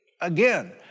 again